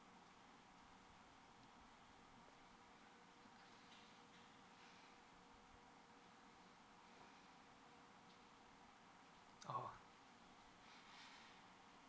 orh